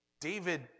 David